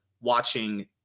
watching